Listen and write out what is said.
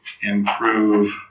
improve